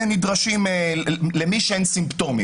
למי שאין סימפטומים.